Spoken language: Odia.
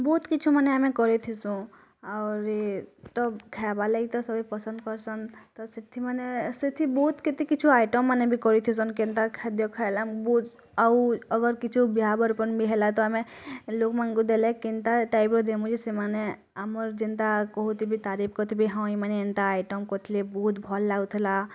ବହୁତ୍ କିଛି ମାନେ ଆମେ କରିଥେସୁ ଆହୁରି ତ ଖାଇବାର୍ ଲାଗି ତ ସଭି ପସନ୍ଦ୍ କରିଛନ୍ ତ ସେଥିମାନେ ସେଥି ବହୁତ କେତେ କିଛି ଆଇଟମ୍ ମାନବି କରିଥେସନ୍ କେନ୍ତ ଖାଦ୍ୟ ଖାଇଲମ୍ ବହୁତ ଆଉ ଅଗର୍ କିଛି ହେଲା ତ ଆମେ ଲୋକ ମାନଙ୍କୁ ଦେଲେ କେନ୍ତା ଟାଇପ୍ର ଦମୁଁ ଯେ ସେମାନେ ଆମର ଯେନ୍ତା କହୁଥିବେ ତାରିଫ୍ କରୁଥିବେ ହଁ ଏଇମାନେ ମାନେ ଏନ୍ତା ଆଇଟମ୍ କରିଥିଲେ ବହୁତ ଭଲ ଲାଗୁଥିଲା